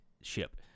ship